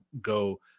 go